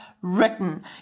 written